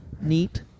neat